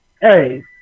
hey